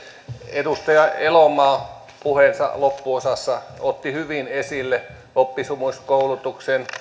edustaja elomaa puheensa loppuosassa otti hyvin esille oppisopimuskoulutuksen